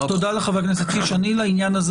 אני לעניין הזה